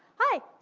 hi,